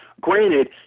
Granted